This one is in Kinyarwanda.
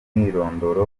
umwirondoro